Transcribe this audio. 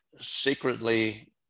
secretly